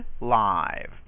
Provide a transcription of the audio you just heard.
live